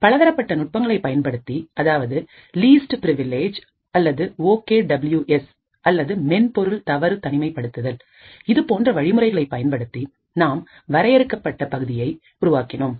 பலதரப்பட்ட நுட்பங்களை பயன்படுத்தி அதாவது லீஸ்ட் பிரிவில்லேஜ் அல்லது ஓகே டபள்யூ எஸ் அல்லது மென்பொருள் தவறு தனிமைப்படுத்துதல் இது போன்ற வழிமுறைகளை பயன்படுத்தி நாம் வரையறுக்கப்பட்ட பகுதியை உருவாக்கினோம்